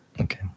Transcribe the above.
Okay